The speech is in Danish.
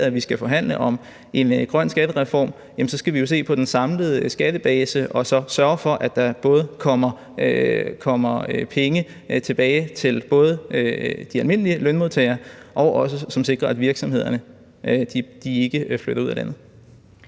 skal forhandle om en grøn skattereform, skal vi jo se på den samlede skattebase og både sørge for, at der kommer penge tilbage til de almindelige lønmodtagere, og sikre, at virksomhederne ikke flytter ud af landet.